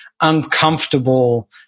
uncomfortable